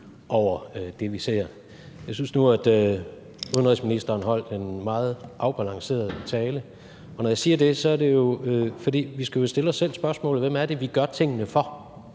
over det, vi ser. Jeg synes nu, at udenrigsministeren holdt en meget afbalanceret tale. Og når jeg siger det, er det jo, fordi vi skal stille os selv spørgsmålet: Hvem er det, vi gør tingene for?